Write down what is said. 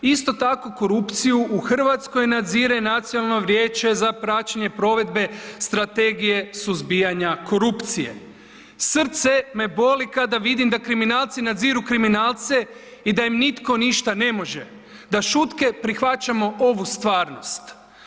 Isto tako korupciju u Hrvatskoj nadzire Nacionalno vijeće za praćenje provedbe Strategije suzbijanja korupcije, srce me boli kada vidim da kriminalci nadziru kriminalce i da im nitko ništa ne može, da šutke prihvaćamo ovu stvarnost.